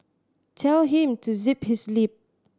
tell him to zip his lip